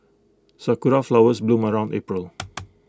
Sakura Flowers bloom around April